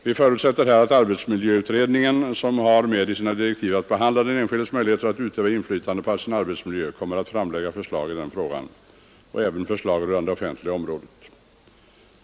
Vi förutsätter att arbetsmiljöutredningen, i vars direktiv ingår att behandla den enskildes möjligheter att utöva inflytande på sin arbetsmiljö, kommer att framlägga förslag i denna fråga och även rörande det offentliga området.